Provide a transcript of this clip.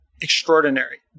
extraordinary